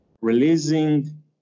releasing